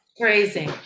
Crazy